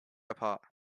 apart